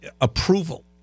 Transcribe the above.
approval